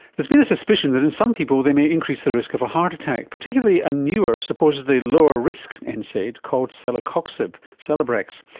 there's been a suspicion that in some people they may increase the risk of a heart attack, particularly a newer supposedly lower risk and nsaid called celecoxib, celebrex.